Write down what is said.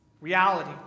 reality